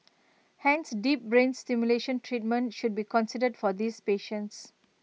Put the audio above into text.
hence deep brain stimulation treatment should be considered for these patients